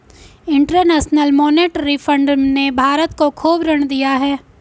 international monetary fund ने भारत को खूब ऋण दिया है